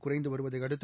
குறைந்து வருவதை அடுத்து